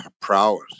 prowess